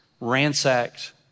ransacked